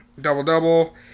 double-double